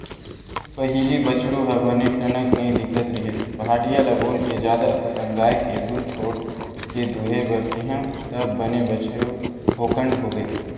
पहिली बछरु ह बने टनक नइ दिखत रिहिस पहाटिया ल बोलके जादा असन गाय के दूद छोड़ के दूहे बर केहेंव तब बने बछरु भोकंड होगे